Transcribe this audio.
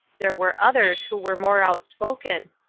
there were others who were more outspoken.